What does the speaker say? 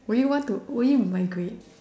would you want to would you migrate